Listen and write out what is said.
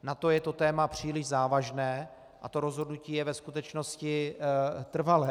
Na to je to téma příliš závažné a to rozhodnutí je ve skutečnosti trvalé.